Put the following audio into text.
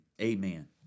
Amen